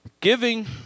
Giving